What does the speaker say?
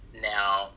Now